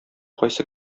кайсы